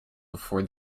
before